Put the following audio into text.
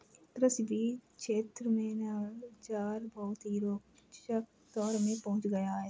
कृषि क्षेत्र में नवाचार बहुत ही रोचक दौर में पहुंच गया है